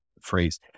phrase